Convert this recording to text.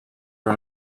her